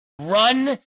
run